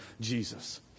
Jesus